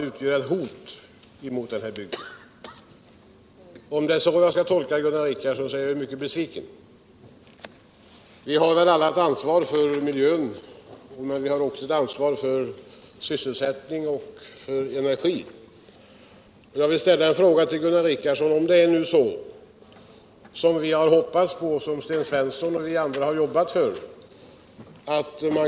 utgör ett hot mot bygden. Om det är så jag skall tolka Gunnar Richardsons uttalande, så är jag mycket besviken. Vi har alla et ansvar för miljön. men vi har också ett ansvar för sysselsättningen och för energin, och jag vill ställa en fråga till Gunnar Richardson: Om man nu, så som vi har hoppats på och som Sten Svensson och vi andra har jobbat för.